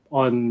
on